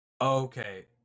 Okay